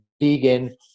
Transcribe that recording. vegan